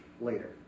later